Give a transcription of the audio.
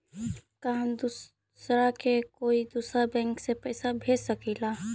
का हम दूसरा के कोई दुसरा बैंक से पैसा भेज सकिला?